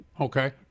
Okay